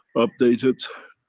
updated.